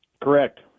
Correct